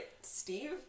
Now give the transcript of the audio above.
Steve